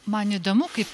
man įdomu kaip